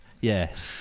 Yes